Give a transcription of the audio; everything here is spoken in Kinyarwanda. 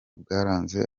bwaranze